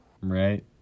Right